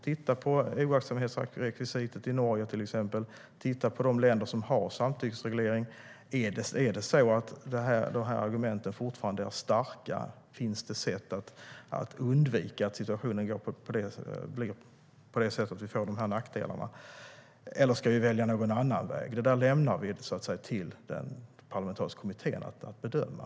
Titta på oaktsamhetsrekvisitet i Norge, till exempel. Titta på de länder som har samtyckesreglering. Är argumenten fortfarande starka? Finns det sätt att undvika en situation där vi får dessa nackdelar? Ska vi välja någon annan väg? Detta lämnar vi till den parlamentariska kommittén att bedöma.